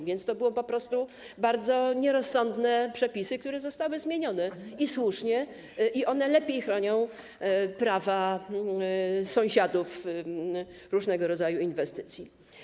A więc to były po prostu bardzo nierozsądne przepisy, które zostały zmienione i słusznie, bo one lepiej chronią prawa sąsiadów różnego rodzaju inwestycji.